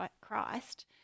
Christ